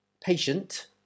patient